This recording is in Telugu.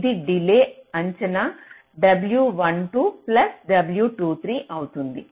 ఇది డిలే అంచనా W12 ప్లస్ W23 అవుతుంది